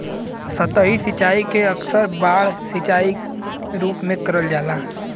सतही सिंचाई के अक्सर बाढ़ सिंचाई के रूप में करल जाला